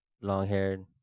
long-haired